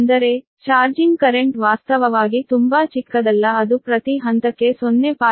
ಅಂದರೆ charging current ವಾಸ್ತವವಾಗಿ ತುಂಬಾ ಚಿಕ್ಕದಲ್ಲ ಅದು ಪ್ರತಿ ಹಂತಕ್ಕೆ 0